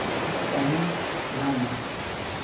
ᱠᱟᱹᱢᱤᱧ ᱧᱟᱢ ᱢᱟ